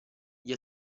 gli